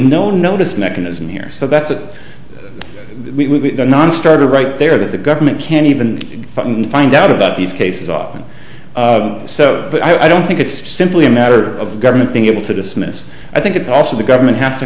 no notice mechanism here so thats it we nonstarter right there that the government can't even find out about these cases often so i don't think it's simply a matter of the government being able to dismiss i think it's also the government has to